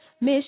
Miss